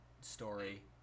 story